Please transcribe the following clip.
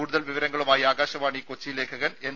കൂടുതൽ വിവരങ്ങളുമായി ആകാശവാണി കൊച്ചി ലേഖകൻ എൻ